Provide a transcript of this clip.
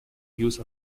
use